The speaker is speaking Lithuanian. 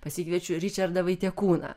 pasikviečiau ričardą vaitiekūną